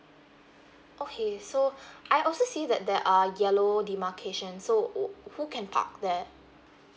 okay so I also see that there are yellow demarcations so o~ who can park there